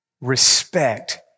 respect